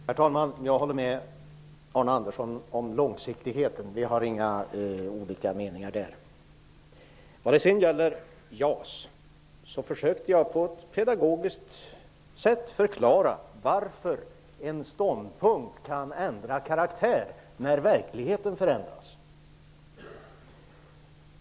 Herr talman! Jag håller med Arne Andersson om långsiktigheten. Vi har inga olika meningar på den punkten. Vad sedan gällde JAS-projektet försökte jag på ett pedagogiskt sätt förklara hur en ståndpunkt kan ändra karaktär när verkligheten förändras.